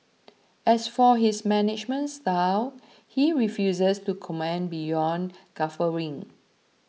as for his management style he refuses to comment beyond guffawing